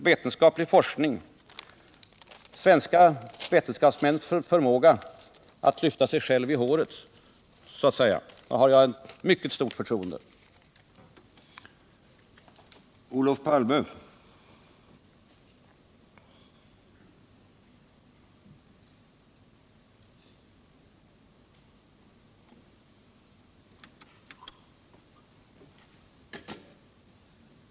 Vetenskaplig forskning och svenska vetenskapsmäns förmåga att så att säga lyfta sig själva i håret har jag mycket stort förtroende för.